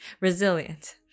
resilient